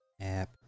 app